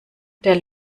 der